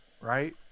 right